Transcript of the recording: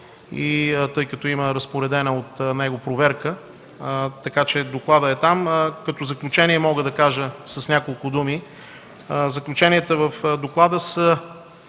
тъй като има разпоредена от него проверка, така че докладът е там. Като заключение мога да кажа с няколко думи: заключенията в доклада са,